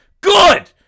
Good